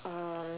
uh